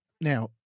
Now